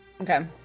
Okay